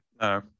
no